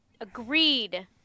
agreed